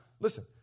listen